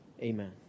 Amen